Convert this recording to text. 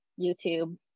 YouTube